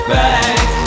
back